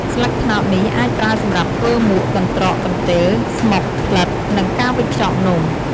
ស្លឹកត្នោតនេះអាចប្រើសម្រាប់ធ្វើមួក កន្ដ្រក កន្ទេល ស្មុក ផ្លិត និងការវេចខ្ចប់នំ។